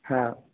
हाँ